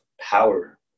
power